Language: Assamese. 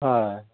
হয়